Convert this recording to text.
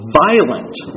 violent